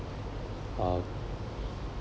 um